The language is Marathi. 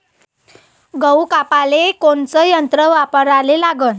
गहू कापाले कोनचं यंत्र वापराले लागन?